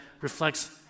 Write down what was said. reflects